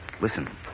Listen